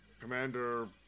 Commander